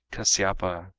kasyapa,